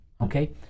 okay